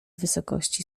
wysokości